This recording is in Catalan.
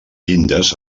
llindes